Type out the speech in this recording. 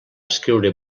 escriure